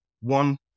One